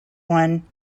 one